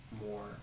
more